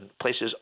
places